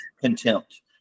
contempt